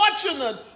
fortunate